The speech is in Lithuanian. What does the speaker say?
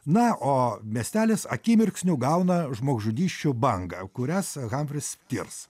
na o miestelis akimirksniu gauna žmogžudysčių bangą kurias hamfris tirs